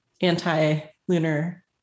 anti-lunar